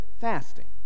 fasting